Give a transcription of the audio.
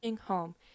Home